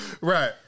Right